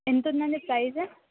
ఎంతుందండి praise